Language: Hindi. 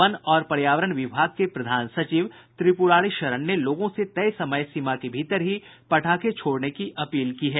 वन और पर्यावरण विभाग के प्रधान सचिव त्रिपुरारी शरण ने लोगों से तय समय सीमा के भीतर ही पटाखे छोड़ने की अपील की है